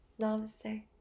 Namaste